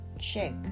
Check